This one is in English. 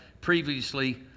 previously